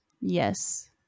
Yes